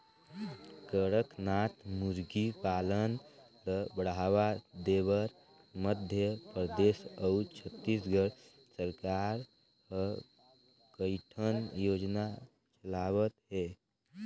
कड़कनाथ मुरगी पालन ल बढ़ावा देबर मध्य परदेस अउ छत्तीसगढ़ सरकार ह कइठन योजना चलावत हे